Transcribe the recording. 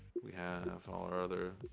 we have all our other.